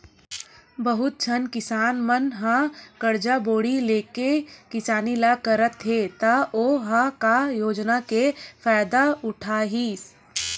बहुत झन किसान मन ह करजा बोड़ी लेके किसानी ल करथे त ओ ह का योजना के फायदा उठाही